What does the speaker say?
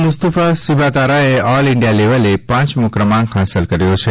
મુસ્તુફા સિબાતારાએ all India લેવલે પાંચમો ક્રમાંક હાંસલ કર્યો છે